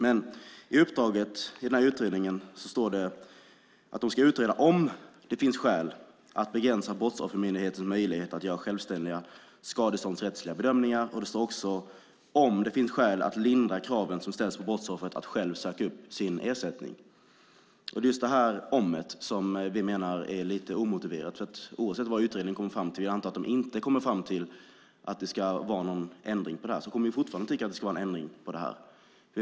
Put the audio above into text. Men i uppdraget till utredningen står det att det ska utredas om det finns skäl att begränsa Brottsoffermyndighetens möjlighet att göra självständiga skadeståndsrättsliga bedömningar samt om det finns skäl att lindra kraven som ställs på brottsoffret att själv söka upp sin ersättning. Det är just detta "om" som vi menar är omotiverat. Oavsett vad utredningen kommer fram till - jag antar att den kommer fram till att det inte ska vara någon ändring på detta - kommer vi fortfarande att tycka att det ska vara en ändring.